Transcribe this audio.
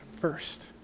first